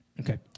Okay